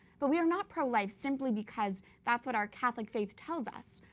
but we are not pro-life simply because that's what our catholic faith tell us.